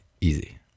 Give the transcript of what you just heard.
easy